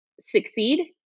succeed